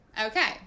okay